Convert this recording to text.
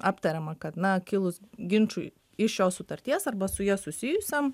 aptariama kad na kilus ginčui iš šios sutarties arba su ja susijusiam